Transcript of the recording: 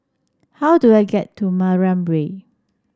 how do I get to Mariam Way